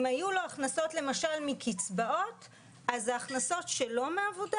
אם היו לו למשל הכנסות מקצבאות אז ההכנסות שלו מעבודה